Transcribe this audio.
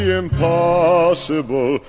impossible